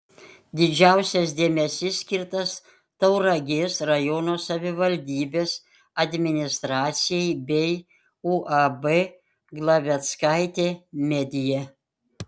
didžiausias dėmesys skirtas tauragės rajono savivaldybės administracijai bei uab glaveckaitė media